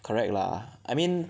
correct lah I mean